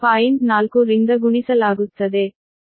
4 ರಿಂದ ಗುಣಿಸಲಾಗುತ್ತದೆ